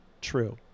true